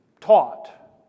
taught